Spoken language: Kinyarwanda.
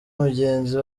mugenzi